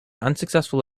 unsuccessful